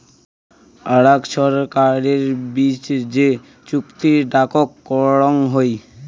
আরাক ছরকারের বিচ যে চুক্তি ডাকাক করং হই